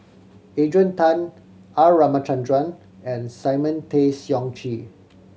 Adrian Tan R Ramachandran and Simon Tay Seong Chee